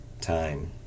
time